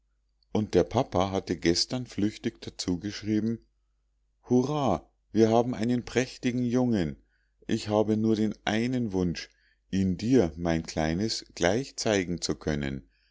und der papa hatte gestern flüchtig dazu geschrieben hurra wir haben einen prächtigen jungen ich habe nur den einen wunsch ihn dir mein kleines gleich zeigen zu können